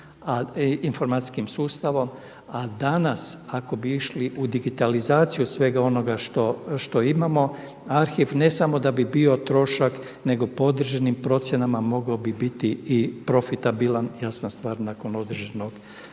informacijskim sustavom a danas ako bi išli u digitalizaciju svega onoga što imamo arhiv ne samo da bi bio trošak nego po određenim procjenama mogao bi biti i profitabilan, jasna stvar, nakon određenog